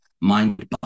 mind